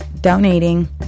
donating